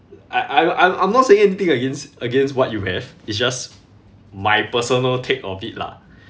I I'm I'm I'm not saying anything against against what you have it's just my personal take of it lah